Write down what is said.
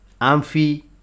amphi